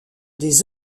des